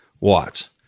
watts